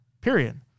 Period